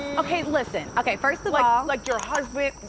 ah okay listen, okay first of all, like your husband,